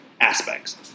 aspects